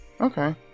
okay